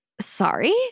sorry